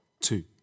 two